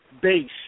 base